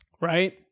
Right